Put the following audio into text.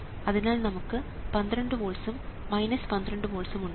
അതിനാൽ നമുക്ക് 12 വോൾട്സ്ഉം 12 വോൾട്സ്ഉം ഉണ്ട്